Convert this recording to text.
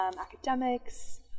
academics